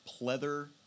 pleather